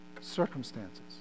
circumstances